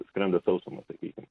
skrenda sausuma sakykim